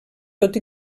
tot